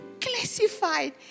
classified